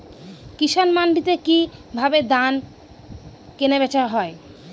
কৃষান মান্ডিতে কি ভাবে ধান কেনাবেচা হয়?